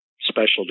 specialty